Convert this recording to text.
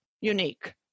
unique